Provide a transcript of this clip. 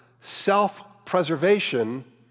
self-preservation